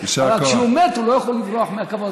אבל כשהוא מת הוא לא יכול לברוח מהכבוד,